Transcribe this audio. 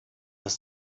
das